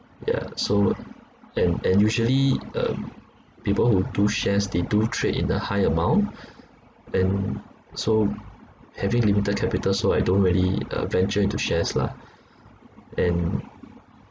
yeah so and and usually um people who do shares they do trade in a high amount and so having limited capital so I don't really uh venture into shares lah and